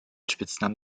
spitznamen